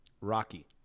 Rocky